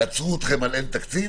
יעצרו אתכם על אין תקציב,